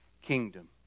kingdom